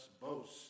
boast